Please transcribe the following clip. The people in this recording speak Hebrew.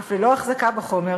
אף ללא החזקה בחומר,